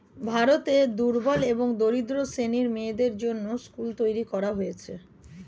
ভারতে দুর্বল এবং দরিদ্র শ্রেণীর মেয়েদের জন্যে স্কুল তৈরী করা হয়েছে